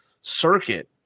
circuit